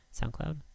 soundcloud